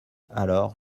alors